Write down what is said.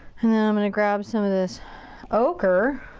and then i'm gonna grab some of this ocher.